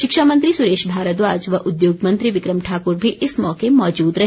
शिक्षा मंत्री सुरेश भारद्वाज व उद्योग मंत्री विक्रम ठाकुर भी इस मौके मौजूद रहे